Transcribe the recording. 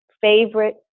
favorite